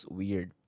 weird